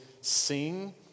sing